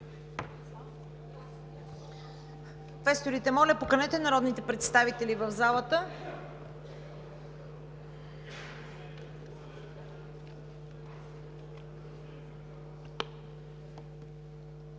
квесторите, поканете народните представители в залата.